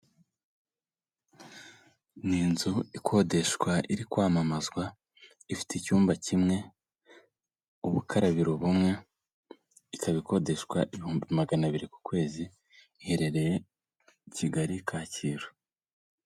Ni inzu ikodeshwa iri kwamamazwa ifite icyumba kimwe, ubukarabiro bumwe, ikaba ikodeshwa ibihumbi magana abiri ku kwezi. Iherereye Kigali Kacyiru.